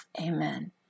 Amen